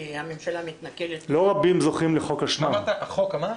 שהממשלה מתנכלת לו --- לא רבים זוכים לחוק --- חוק הטוב